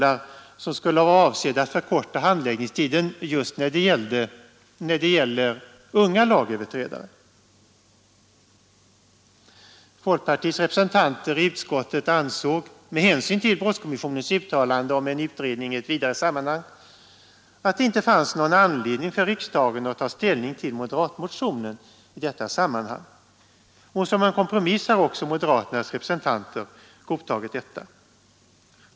Avsikten var att handläggningstiden skulle förkortas just när det gäller unga lagöverträdare. Folkpartiets representanter i utskottet ansåg, med hänsyn till brottskommissionens uttalande om en utredning i ett vidare sammanhang, att det inte fanns någon anledning för riksdagen att ta ställning till moderatmotionen i detta sammanhang. Som en kompromiss har också moderaternas representanter godtagit detta.